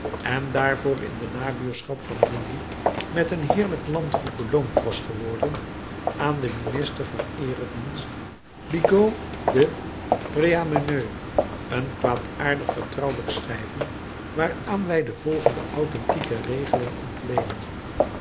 en daarvoor in de nabuurschap van digne met een heerlijk landgoed beloond was geworden aan den minister van eeredienst bigot de préameneu een kwaadaardig vertrouwelijk schrijven waaraan wij de volgende authentieke regelen ontleenen